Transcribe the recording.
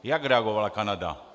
Jak reagovala Kanada?